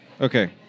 Okay